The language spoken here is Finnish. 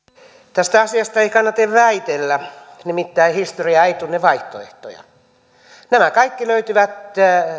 tästä asiasta ei kannata väitellä nimittäin historia ei tunne vaihtoehtoja nämä kaikki löytyvät